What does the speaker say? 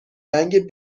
رنگ